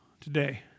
today